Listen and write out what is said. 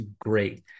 great